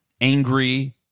angry